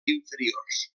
inferiors